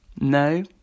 No